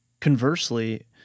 Conversely